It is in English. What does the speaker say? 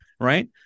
right